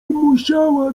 musiała